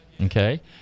Okay